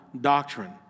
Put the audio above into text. doctrine